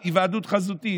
על היוועדות חזותית,